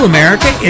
America